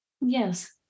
Yes